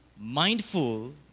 mindful